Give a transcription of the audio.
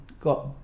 got